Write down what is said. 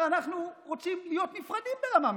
ואמר: אנחנו רוצים להיות נפרדים ברמה מסוימת.